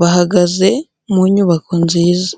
bahagaze mu nyubako nziza.